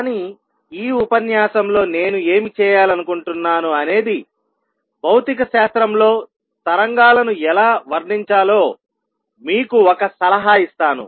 కానీ ఈ ఉపన్యాసంలో నేను ఏమి చేయాలనుకుంటున్నాను అనేది భౌతిక శాస్త్రంలో తరంగాలను ఎలా వర్ణించాలో మీకు ఒక సలహా ఇస్తాను